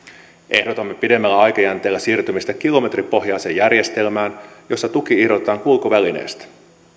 ehdotamme pidemmällä aikajänteellä siirtymistä kilometripohjaiseen järjestelmään jossa tuki irrotetaan kulkuvälineestä